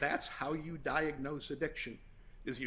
that's how you diagnose addiction is you